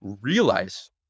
realize